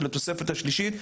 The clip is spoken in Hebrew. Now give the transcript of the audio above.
של התוספת השלישית,